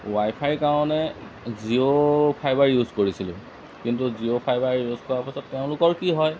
wifi কাৰণে Jio fibre use কৰিছিলোঁ কিন্তু জিঅ' ফাইভাৰ ইউজ কৰাৰ পাছত তেওঁলোকৰ কি হয়